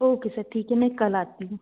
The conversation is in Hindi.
ओके सर ठीक है मैं कल आती हूँ